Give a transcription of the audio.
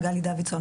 אנחנו